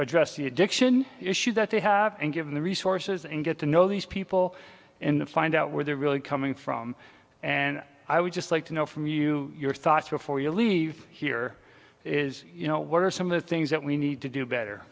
address the addiction issue that they have and given the resources and get to know these people and find out where they're really coming from and i would just like to know from you your thoughts before you leave here is you know what are some of the things that we need to do better